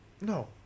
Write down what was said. No